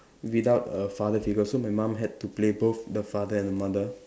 without a father figure so my mum had to play both the father and the mother